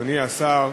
אדוני השר,